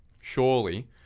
Surely